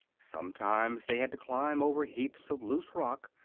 sometimes they had to climb over heaps of loose rock,